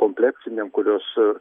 kompleksinėm kurios